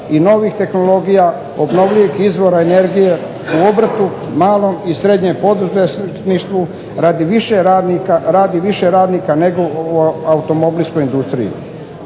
i novih tehnologija obnovljivih izvora energije u obrtu, malom i srednjem poduzetništvu radi više radnika nego u automobilskoj industriji.